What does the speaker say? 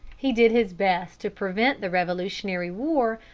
he did his best to prevent the revolutionary war,